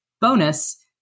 bonus